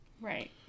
Right